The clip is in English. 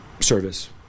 service